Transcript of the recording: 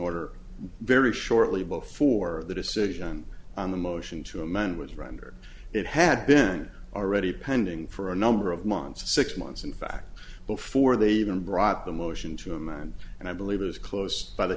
order very shortly before the decision on the motion to amend was rendered it had been already pending for a number of months six months in fact before they even brought the motion to a man and i believe it was close by the